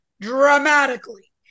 dramatically